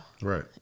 Right